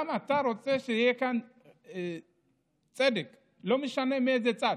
שגם אתה רוצה שיהיה כאן צדק, לא משנה מאיזה צד.